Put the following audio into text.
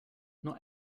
not